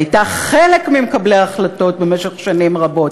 והייתה חלק ממקבלי ההחלטות במשך שנים רבות"